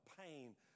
pain